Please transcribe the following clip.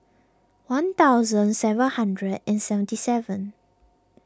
one thousand seven hundred and seventy seven